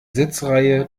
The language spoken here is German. sitzreihe